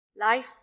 Life